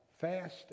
Fast